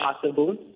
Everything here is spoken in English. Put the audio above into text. Possible